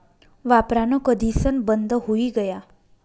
वापरान कधीसन बंद हुई गया